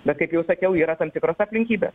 bet kaip jau sakiau yra tam tikros aplinkybės